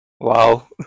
Wow